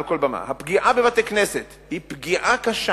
הפגיעה בבתי-כנסת היא פגיעה קשה